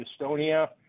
Estonia